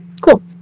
Cool